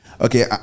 Okay